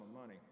money